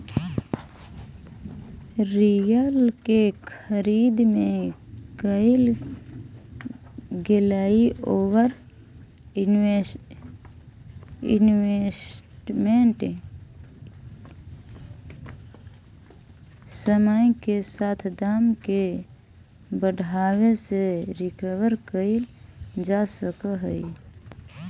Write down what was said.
real के खरीद में कईल गेलई ओवर इन्वेस्टमेंट समय के साथ दाम के बढ़ावे से रिकवर कईल जा सकऽ हई